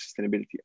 sustainability